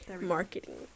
marketing